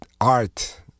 art